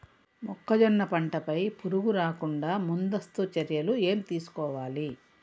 మొక్కజొన్న పంట పై పురుగు రాకుండా ముందస్తు చర్యలు ఏం తీసుకోవాలి?